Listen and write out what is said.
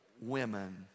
women